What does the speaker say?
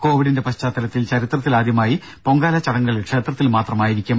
കോവിഡിന്റെ പശ്ചാത്തലത്തിൽ ചരിത്രത്തിലാദ്യമായി പൊങ്കാല ചടങ്ങുകൾ ക്ഷേത്രത്തിൽ മാത്രമായിരിക്കും